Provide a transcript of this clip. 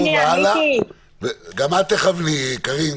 גם את תכווני, קארין.